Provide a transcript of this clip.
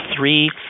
three